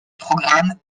programme